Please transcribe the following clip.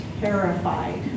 terrified